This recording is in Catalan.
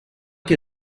que